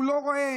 הוא לא רואה,